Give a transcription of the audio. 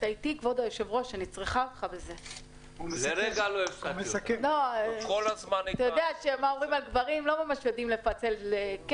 עסקים שנפתחו בשנת 2019 בכלל לא מוכרים לעניין ההחזרים,